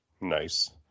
nice